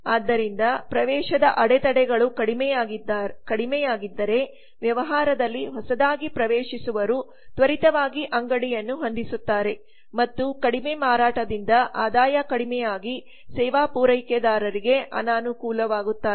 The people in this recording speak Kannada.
ಆದ್ದರಿಂದ ಪ್ರವೇಶದ ಅಡೆತಡೆಗಳು ಕಡಿಮೆಯಾಗಿದ್ದರೆ ವ್ಯವಹಾರದಲ್ಲಿ ಹೊಸದಾಗಿ ಪ್ರವೇಶಿಸುವವರು ತ್ವರಿತವಾಗಿ ಅಂಗಡಿಯನ್ನು ಹೊಂದಿಸುತ್ತಾರೆ ಮತ್ತು ಕಡಿಮೆ ಮಾರಾಟದಿಂದ ಆದಾಯ ಕಡಿಮೆ ಆಗಿ ಸೇವಾ ಪೂರೈಕೆದಾರರಿಗೆ ಅನಾನುಕೂಲವಾಗುತ್ತಾರೆ